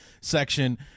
section